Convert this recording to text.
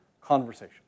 conversation